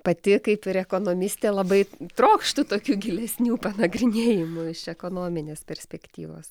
pati kaip ir ekonomistė labai trokštu tokių gilesnių panagrinėjimų iš ekonominės perspektyvos